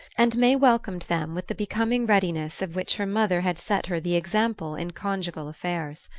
and may welcomed them with the beaming readiness of which her mother had set her the example in conjugal affairs.